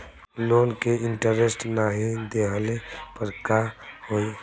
Loan के interest नाही देहले पर का होई?